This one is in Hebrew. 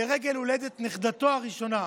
לרגל הולדת נכדתו הראשונה.